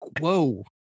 Whoa